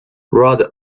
rod